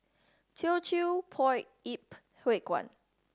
Teochew Poit Ip Huay Kuan